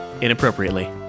inappropriately